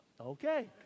okay